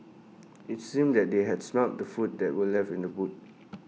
IT seemed that they had smelt the food that were left in the boot